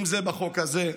אם זה החוק הזה,